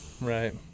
Right